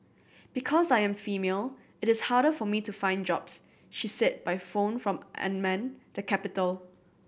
because I am female it is harder for me to find jobs she said by phone from Amman the capital